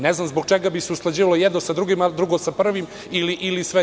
Ne znam zbog čega bi se usklađivalo jedno sa drugim, a drugo sa prvim ili sve to?